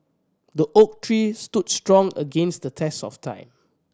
the oak tree stood strong against the test of time